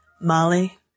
Molly